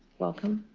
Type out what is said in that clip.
welcome.